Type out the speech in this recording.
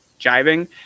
jiving